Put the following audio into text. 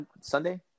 Sunday